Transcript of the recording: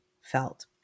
felt